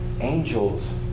Angels